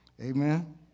Amen